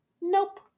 Nope